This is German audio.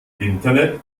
internet